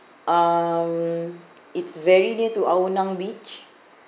um it's very near to ao nang beach